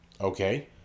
Okay